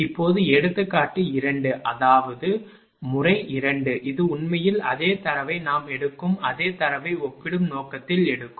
இப்போது எடுத்துக்காட்டு 2 அதாவது முறை 2 இது உண்மையில் அதே தரவை நாம் எடுக்கும் அதே தரவை ஒப்பிடும் நோக்கத்தில் எடுக்கும்